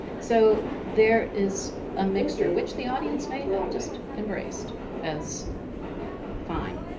so there is a mixture which the audience may have just embraced as fine.